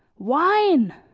wine!